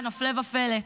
הפלא ופלא.